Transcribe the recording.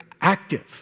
active